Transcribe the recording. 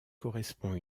correspond